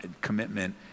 commitment